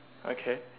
okay